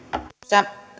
arvoisa